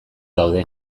daude